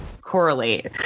correlate